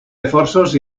reforços